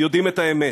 יודעים את האמת.